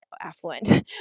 affluent